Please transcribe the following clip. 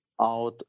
out